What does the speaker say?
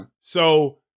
So-